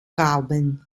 rauben